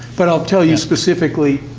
but i'll tell you specifically,